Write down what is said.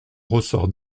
ressort